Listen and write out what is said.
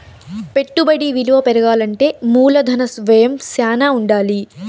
పెట్టుబడి విలువ పెరగాలంటే మూలధన వ్యయం శ్యానా ఉండాలి